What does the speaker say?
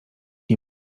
nie